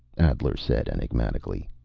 adler said enigmatically.